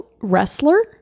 Wrestler